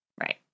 Right